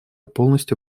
полностью